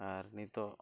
ᱟᱨ ᱱᱤᱛᱚᱜ